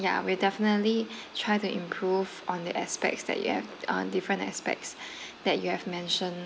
yeah we'll definitely try to improve on the aspects that you have uh different aspects that you have mentioned